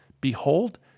Behold